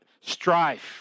strife